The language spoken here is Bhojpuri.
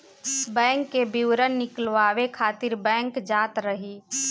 बैंक के विवरण निकालवावे खातिर बैंक जात रही